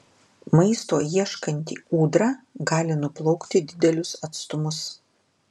maisto ieškanti ūdra gali nuplaukti didelius atstumus